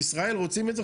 בישראל רוצים את זה.